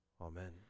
Amen